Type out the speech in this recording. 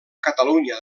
catalunya